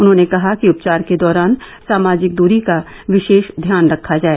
उन्होंने कहा कि उपचार के दौरान सामाजिक दुरी का विशेष ध्यान रखा जाए